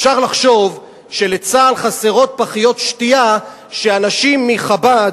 אפשר לחשוב שלצה"ל חסרות פחיות שתייה שאנשים מחב"ד,